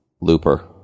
Looper